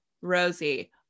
Rosie